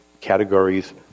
categories